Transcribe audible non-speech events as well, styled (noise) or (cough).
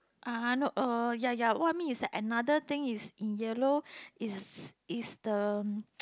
I I know uh ya ya what I mean is that another thing is in yellow is is the (noise)